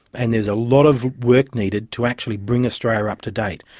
and there is a lot of work needed to actually bring australia up to date.